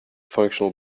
functional